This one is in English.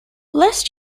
lest